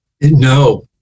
No